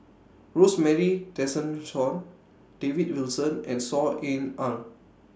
Rosemary Tessensohn David Wilson and Saw Ean Ang